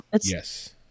yes